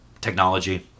technology